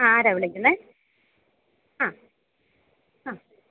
ആരാണ് വിളിക്കുന്നത് ആ ആ